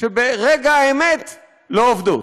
שברגע האמת לא עובדות.